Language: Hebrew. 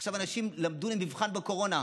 עכשיו, אנשים למדו למבחן בקורונה,